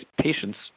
patients